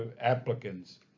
applicants